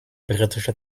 britische